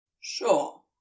Sure